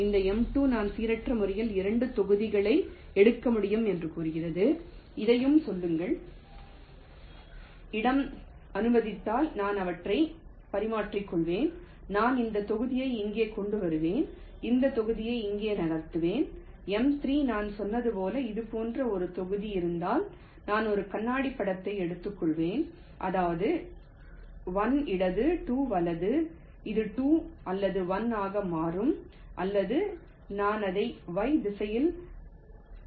இந்த M2 நான் சீரற்ற முறையில் இரண்டு தொகுதிகளை எடுக்க முடியும் என்று கூறுகிறது இதையும் சொல்லுங்கள் இடம் அனுமதித்தால் நான் அவற்றை பரிமாறிக்கொள்வேன் நான் இந்த தொகுதியை இங்கே கொண்டு வருவேன் இந்த தொகுதியை இங்கே நகர்த்துவேன் எம் 3 நான் சொன்னது போல் இது போன்ற ஒரு தொகுதி இருந்தால் நான் ஒரு கண்ணாடி படத்தை எடுத்துக்கொள்வேன் அதாவது 1 இடது 2 வலது இது 2 அல்லது 1 ஆக மாறும் அல்லது நான் அதை y திசையில் பிரதிபலிக்க முடியும்